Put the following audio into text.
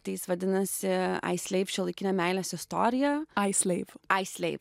tai jis vadinasi aisleiv šiuolaikinė meilės istorija aisleiv aisleiv